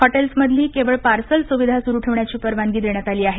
हॉटेल्समधली केवळ पार्सल सुविधा सुरु ठेवण्याची परवानगी देण्यात आली आहे